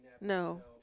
no